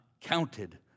counted